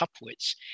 upwards